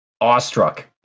awestruck